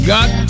Got